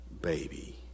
baby